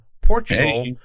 Portugal